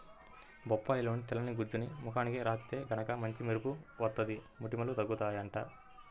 బొప్పాయిలోని తెల్లని గుజ్జుని ముఖానికి రాత్తే గనక మంచి మెరుపు వత్తది, మొటిమలూ తగ్గుతయ్యంట